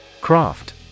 Craft